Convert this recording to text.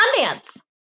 Sundance